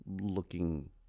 looking